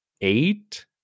eight